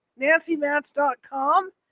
NancyMats.com